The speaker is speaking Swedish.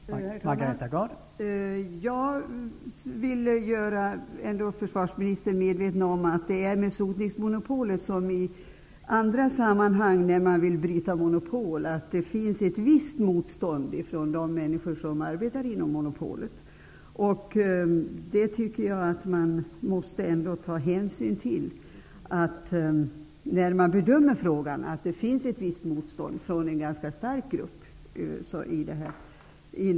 Herr talman! Jag vill göra försvarsministern medveten om att det är med sotningsmonopolet som med andra monopol som man vill bryta, nämligen att det finns ett visst motstånd från de människor som arbetar inom monopolet. Jag menar att man vid bedömningen av frågan ändå måste ta hänsyn till att det finns ett visst motstånd från en ganska stark grupp.